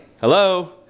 hello